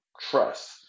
trust